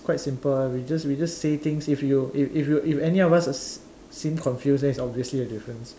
its quite simple lah we just we just say things if you if you if any of us seem confused then is obviously a difference